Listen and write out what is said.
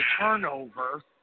turnover